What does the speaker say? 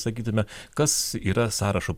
sakytume kas yra sąrašo